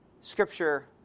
scripture